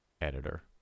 editor